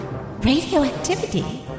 Radioactivity